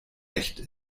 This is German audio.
echt